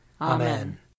Amen